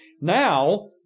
Now